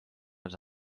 veel